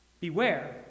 Beware